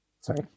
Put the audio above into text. Sorry